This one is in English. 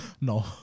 No